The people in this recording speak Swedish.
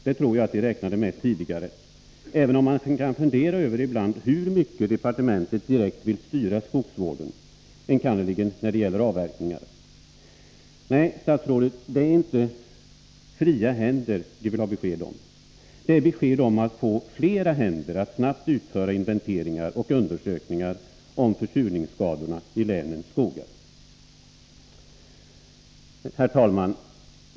Det tror jag att de räknade med tidigare — även om man ibland kan fundera över hur mycket departementet direkt vill styra skogsvården, enkannerligen när det gäller avverkningarna. Nej, statsrådet, det är inte fria händer skogsvårdsstyrelserna vill ha besked om, utan det är besked om att få fler händer för att snabbt utföra inventeringar och undersökningar om försurningsskadorna i länens skogar. Herr talman!